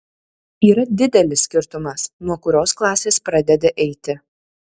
yra didelis skirtumas nuo kurios klasės pradedi eiti